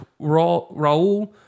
Raul